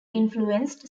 influenced